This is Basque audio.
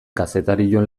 kazetarion